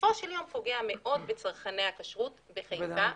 בסופו של יום זה פוגע מאוד בצרכני הכשרות בחיפה ובכלל.